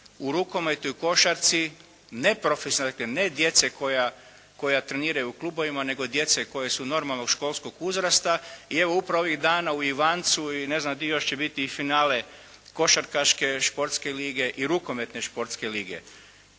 u rukometu i u košarci neprofesionalne, dakle ne djece koja treniraju u klubovima, nego djece koja su normalnog školskog uzrasta i evo upravo ovih dana u Ivancu i ne znam di još će biti i finale košarkaške športske lige i rukometne športske lige.